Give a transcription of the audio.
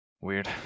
Weird